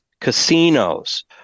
casinos